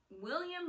William